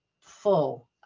full